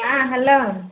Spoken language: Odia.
ହଁ ହେଲୋ